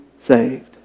saved